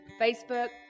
Facebook